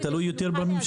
אבל זה תלוי יותר בממשלה.